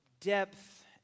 depth